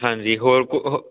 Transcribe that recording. ਹਾਂਜੀ ਹੋਰ